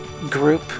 group